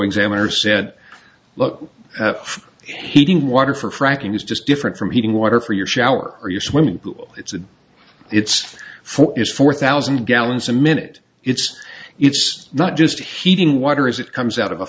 examiner said look heating water for fracking is just different from heating water for your shower or your swimming pool it's a it's for is four thousand gallons a minute it's it's not just heating water as it comes out of a